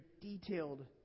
detailed